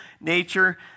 nature